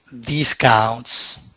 discounts